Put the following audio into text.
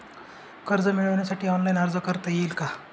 कर्ज मिळविण्यासाठी ऑनलाइन अर्ज करता येईल का?